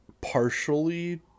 partially